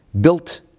built